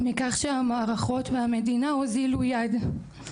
מכך שהמערכות והמדינה הוזילו יד.